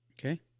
Okay